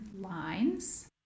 lines